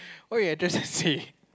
why you address and say